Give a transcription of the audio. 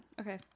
Okay